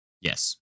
Yes